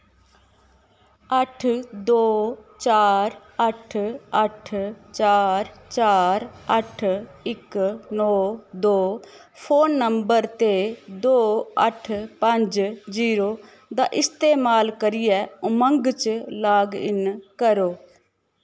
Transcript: अट्ठ दो चार अट्ठ अट्ठ चार चार अट्ठ इक नौ दो फोन नंबर ते दो अट्ठ पंज जीरो दा इस्तेमाल करियै उमंग च लाग इन करो